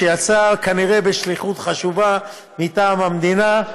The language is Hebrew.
שיצאה כנראה בשליחות חשובה מטעם המדינה,